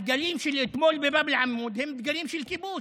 הדגלים של אתמול בבאב אל-עמוד הם דגלים של כיבוש,